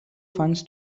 funds